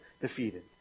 defeated